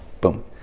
boom